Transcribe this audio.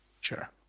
Sure